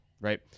right